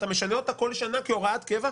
אתה משנה אותה בכל שנה כהוראת קבע,